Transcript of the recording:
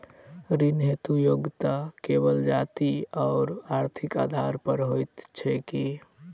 ऋण हेतु योग्यता केवल जाति आओर आर्थिक आधार पर होइत छैक की?